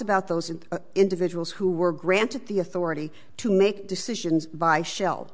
about those individuals who were granted the authority to make decisions by shell